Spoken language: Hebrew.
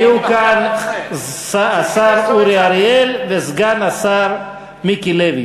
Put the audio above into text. לאסור על ועדת הכספים לקיים דיונים אחרי 11:00. היו כאן השר אורי אריאל וסגן השר מיקי לוי.